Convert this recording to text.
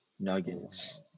nuggets